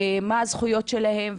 מהן הזכויות שלהם,